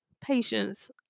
patience